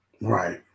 Right